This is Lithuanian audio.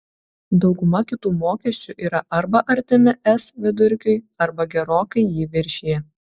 dauguma kitų mokesčių yra arba artimi es vidurkiui arba gerokai jį viršija